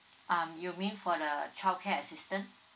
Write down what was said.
um you mean for the childcare assistance